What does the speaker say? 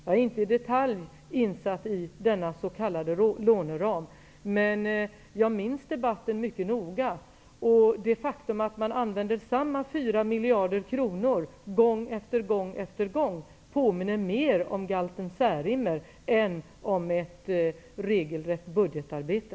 Jag är inte i detalj insatt i denna s.k. låneram, men jag minns debatten mycket väl. Det faktum att man använder samma fyra miljarder kronor gång efter gång efter gång påminner mer om galten Särimner än om ett regelrätt budgetarbete.